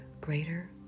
greater